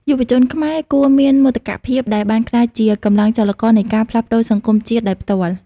យុវជនខ្មែរគួរមានមោទកភាពដែលបានក្លាយជា "កម្លាំងចលករ" នៃការផ្លាស់ប្តូរសង្គមជាតិដោយផ្ទាល់។